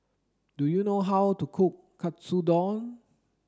do you know how to cook Katsudon